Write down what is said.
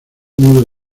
nudo